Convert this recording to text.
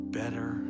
better